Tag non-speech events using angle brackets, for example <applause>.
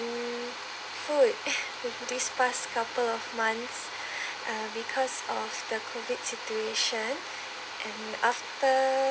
food <coughs> these past couple of months err because of the COVID situation and after